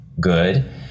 good